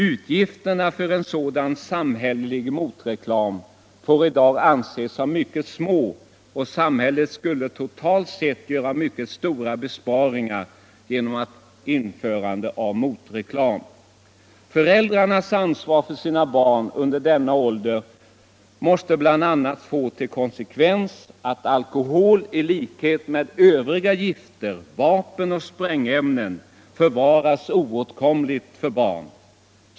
Utgifterna för en sådan samhällelig motreklam får i dag anses som mycket små, och samhället skulle totalt sett göra mycket stora besparingar genom införandet av motreklam. Föräldrarnas ansvar för sina barn under denna ålder måste bl.a. få till konsekvens att alkohol i likhet med övriga gifter, vapen och sprängämnen bevaras oåtkomliga för barn.